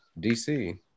DC